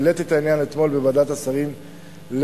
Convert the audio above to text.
העליתי את העניין אתמול בוועדת השרים לחקיקה,